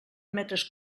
metres